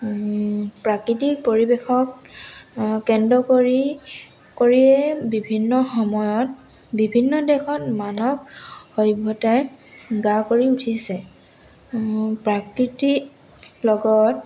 প্ৰাকৃতিক পৰিৱেশক কেন্দ্ৰ কৰি কৰিয়ে বিভিন্ন সময়ত বিভিন্ন দেশত মানৱ সভ্যতাই গা কৰি উঠিছে প্ৰকৃতি লগত